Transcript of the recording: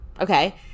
okay